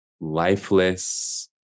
lifeless